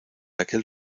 aquel